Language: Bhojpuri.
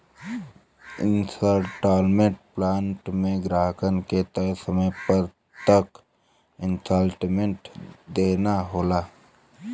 इन्सटॉलमेंट प्लान में ग्राहकन के तय समय तक इन्सटॉलमेंट देना होला